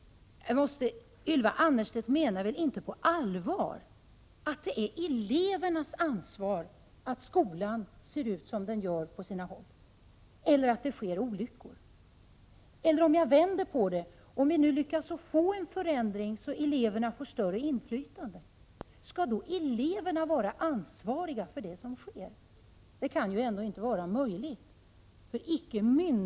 Ylva Annerstedt menar väl inte på allvar att eleverna har ansvaret för att skolan ser ut som den gör på sina håll eller att det sker olyckor? Om jag vänder på det: Om vi lyckas få en förändring så att eleverna får större inflytande, skall eleverna då vara ansvariga för det som sker? Det kan ändå inte vara möjligt.